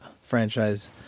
franchise